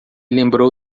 lembrou